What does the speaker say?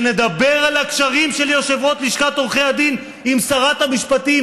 שנדבר על הקשרים של יושב-ראש לשכת עורכי הדין עם שרת המשפטים